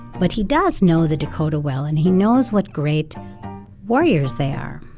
but he does know the dakota well. and he knows what great warriors they are.